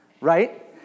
right